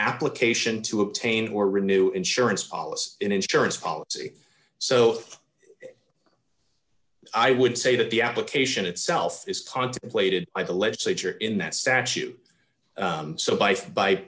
application to obtain or renew insurance policy an insurance policy so i would say that the application itself is contemplated by the legislature in that statute so by